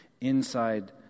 inside